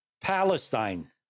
Palestine